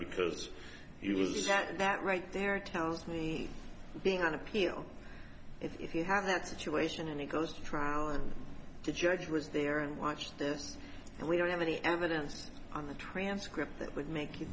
at that right there tells me being on appeal if you have that situation and he goes to trial and the judge was there and watched this and we don't have any evidence on the transcript that would make you